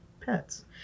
pets